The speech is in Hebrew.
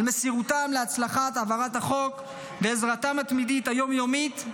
על מסירותם להצלחת העברת החוק ועזרתם התמידית היום-יומית.